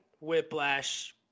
Whiplash